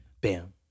Bam